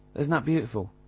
isn't that beautiful?